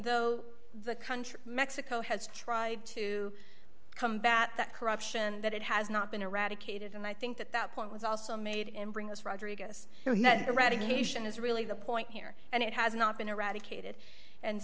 though the country mexico has tried to combat corruption that it has not been eradicated and i think that that point was also made in bring us rodriguez eradication is really the point here and it has not been eradicated and